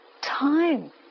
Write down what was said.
time